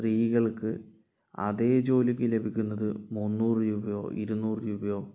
സ്ത്രീകൾക്ക് അതേ ജോലിക്ക് ലഭിക്കുന്നത് മുന്നൂറു രൂപയോ ഇരുന്നൂറു രൂപയോ